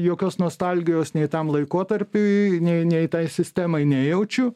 jokios nostalgijos nei tam laikotarpiui nei nei tai sistemai nejaučiu